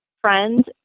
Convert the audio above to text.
friends